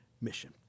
mission